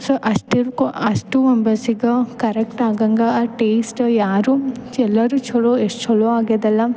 so ಅಸ್ಟಿರ್ಕು ಅಷ್ಟೂ ಮೆಂಬರ್ಸಿಗೆ ಕರೆಕ್ಟ್ ಆಗೊಂಗ ಆ ಟೆಸ್ಟ್ ಯಾರು ಎಲ್ಲರು ಛಲೋ ಎಷ್ಟ್ ಛಲೋ ಆಗ್ಯದಲ್ಲ